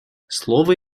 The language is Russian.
слово